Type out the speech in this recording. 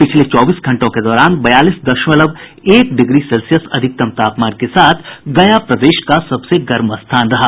पिछले चौबीस घंटों के दौरान बयालीस दशमलव एक डिग्री सेल्सियस अधिकतम तापमान के साथ गया प्रदेश का सबसे गर्म स्थान रहा